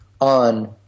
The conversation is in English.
on